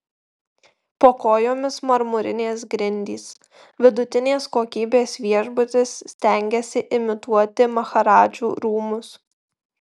po kojomis marmurinės grindys vidutinės kokybės viešbutis stengiasi imituoti maharadžų rūmus